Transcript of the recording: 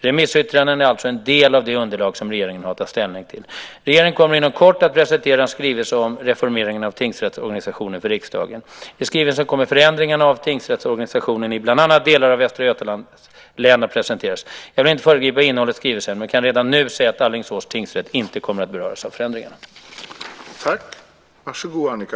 Remissyttrandena är alltså en del av det underlag som regeringen har att ta ställning till. Regeringen kommer inom kort att presentera en skrivelse om reformeringen av tingsrättsorganisationen för riksdagen. I skrivelsen kommer förändringar av tingsrättsorganisationen i bland annat delar av Västra Götalands län att presenteras. Jag vill inte föregripa innehållet i skrivelsen men kan redan nu säga att Alingsås tingsrätt inte kommer att beröras av förändringarna.